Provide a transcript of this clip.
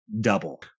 double